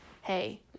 hey